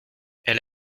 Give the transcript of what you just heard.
elle